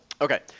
Okay